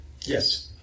Yes